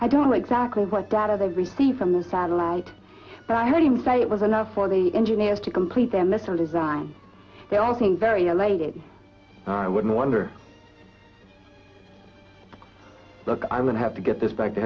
i don't know exactly what data they've received from the satellite but i heard him say it was enough for the engineers to complete their missile design they all seemed very elated i wouldn't wonder look i'm going to have to get this back to